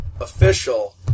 official